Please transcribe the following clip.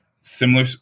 similar